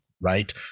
right